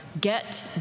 Get